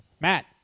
Matt